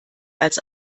als